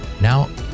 Now